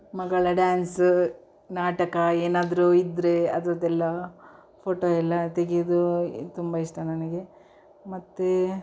ಮಗಳ ಡ್ಯಾನ್ಸ ನಾಟಕ ಏನಾದರೂ ಇದ್ದರೆ ಅದರದ್ದೆಲ್ಲಾ ಫೋಟೊ ಎಲ್ಲ ತೆಗೆಯುದು ತುಂಬ ಇಷ್ಟ ನನಗೆ ಮತ್ತು